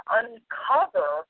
uncover